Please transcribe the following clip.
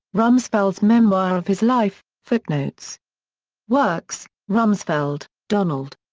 rumsfeld's memoir of his life footnotes works rumsfeld, donald.